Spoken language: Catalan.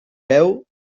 veu